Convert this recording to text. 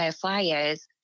flyers